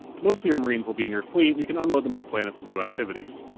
most of your marines will be in your fleet, and you can unload them on planets to do activities.